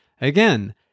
Again